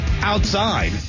outside